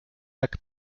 jak